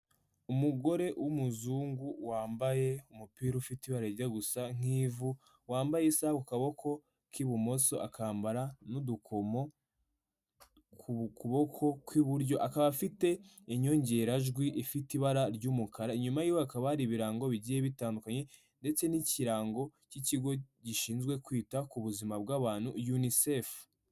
Umugore wumuzungu wambaye umupira ufite ibara rijya gusa nk'ivu, wambaye isaha ku kaboko k'ibumoso, akambara n'udukomo ku kuboko kw'iburyo, akaba afite inyongerajwi ifite ibara ry'umukara, inyuma yiwe hakaba hari ibirango bigiye bitandukanye ndetse n'ikirango cy'ikigo gishinzwe kwita ku buzima bw'abantu UNICEF.